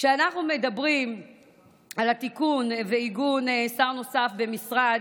כשאנחנו מדברים על התיקון ועיגון שר נוסף במשרד,